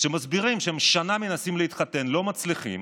שמסביר שהם שנה מנסים להתחתן ולא מצליחים.